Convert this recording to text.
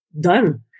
done